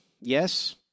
yes